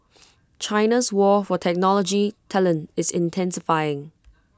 China's war for technology talent is intensifying